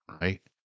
right